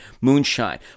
moonshine